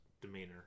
demeanor